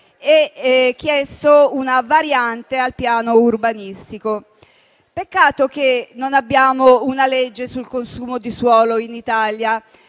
e chiesto una variante al piano urbanistico. Peccato che non abbiamo una legge sul consumo di suolo in Italia.